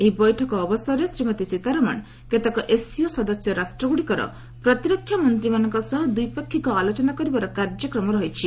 ଏହି ବୈଠକ ଅବସରରେ ଶ୍ରୀମତୀ ସୀତାରମଣ କେତେକ ଏସ୍ସିଓ ସଦସ୍ୟ ରାଷ୍ଟ୍ରଗୁଡ଼ିକର ପ୍ରତିରକ୍ଷା ମନ୍ତ୍ରୀମାନଙ୍କ ସହ ଦ୍ୱିପାକ୍ଷିକ ଆଲୋଚନା କରିବାର କାର୍ଯ୍ୟକ୍ରମ ରହିଛି